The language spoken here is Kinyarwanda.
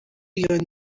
iyo